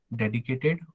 dedicated